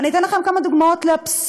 אני אתן לכם כמה דוגמאות לאבסורד: